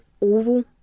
oval